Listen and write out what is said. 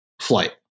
flight